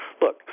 look